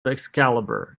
excalibur